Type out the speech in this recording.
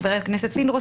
חבר הכנסת פינדרוס,